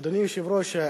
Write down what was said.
אדוני היושב-ראש,